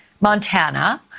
Montana